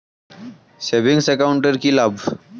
Savings account এর কি লাভ?